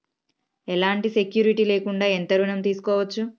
ఎలాంటి సెక్యూరిటీ లేకుండా ఎంత ఋణం తీసుకోవచ్చు?